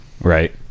Right